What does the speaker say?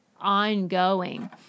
ongoing